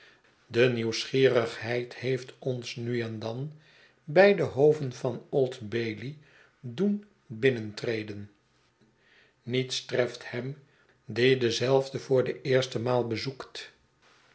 de nieuwsgierigheid heeft ons nu en dan beide hoven van old bailey doen binnentreden niets treft hem die dezelve voor de eerste maal beschetsen